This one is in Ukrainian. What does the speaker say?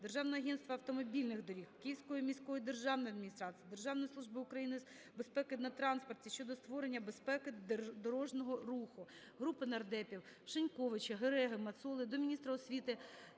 Державного агентства автомобільних доріг, Київської міської державної адміністрації, Державної служби України з безпеки на транспорті щодо створення безпеки дорожнього руху. Групи нардепів (Шиньковича, Гереги, Мацоли) до міністра освіти